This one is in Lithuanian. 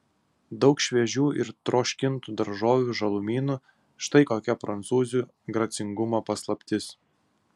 daug šviežių ir troškintų daržovių žalumynų štai kokia prancūzių gracingumo paslaptis